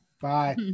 Bye